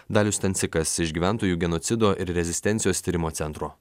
dalius stancikas iš gyventojų genocido ir rezistencijos tyrimo centro